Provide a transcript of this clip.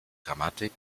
grammatik